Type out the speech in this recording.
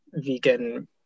vegan